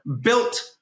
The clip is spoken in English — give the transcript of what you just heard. built